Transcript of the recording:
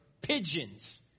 pigeons